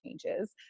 changes